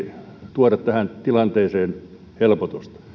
tuoda tähän tilanteeseen helpotusta